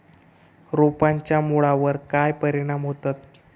रोपांच्या मुळावर काय परिणाम होतत?